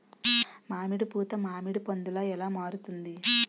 మామిడి పూత మామిడి పందుల ఎలా మారుతుంది?